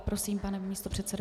Prosím, pane místopředsedo.